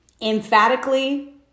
Emphatically